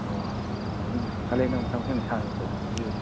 ꯑꯣ ꯑꯣ ꯀꯥꯂꯦꯟꯅ ꯃꯇꯝ ꯈꯤꯇꯪꯗꯤ ꯁꯥꯡꯉꯤꯀꯣ